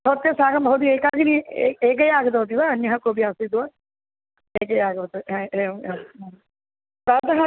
भवतीं साकं भवति एकाकिनी एक् एकया आगतवती वा अन्यः कोपि आसीत् वा एकया आगवती एवम् एवं प्रातः